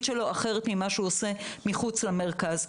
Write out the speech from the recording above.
שלו אחרת ממה שהוא עושה מחוץ למרכז,